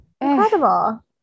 Incredible